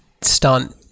stunt